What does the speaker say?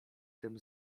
tym